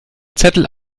zettel